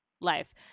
life